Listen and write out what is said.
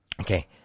okay